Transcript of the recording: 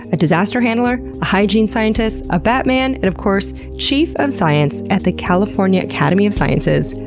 a disaster handler, a hygiene scientist, a bat man, and of course chief of science at the california academy of sciences,